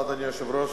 אדוני היושב-ראש,